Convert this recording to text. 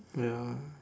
ya